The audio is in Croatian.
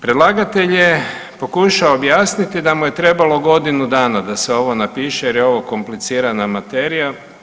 Predlagatelj je pokušao objasniti da mu je trebalo godinu dana da se ovo napiše, jer je ovo komplicirana materija.